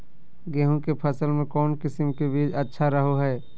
गेहूँ के फसल में कौन किसम के बीज अच्छा रहो हय?